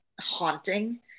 haunting